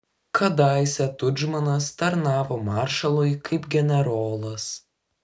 kadaise tudžmanas tarnavo maršalui kaip generolas